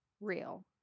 real